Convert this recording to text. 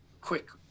quick